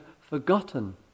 forgotten